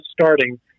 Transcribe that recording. starting